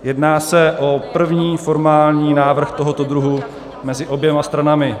Jedná se o první formální návrh tohoto druhu mezi oběma stranami.